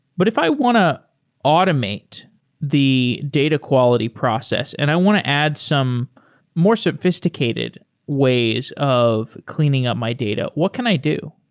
but if i want automate the data quality process and i want to add some more sophisticated ways of cleaning up my data. what can i do?